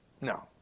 No